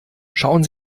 schauen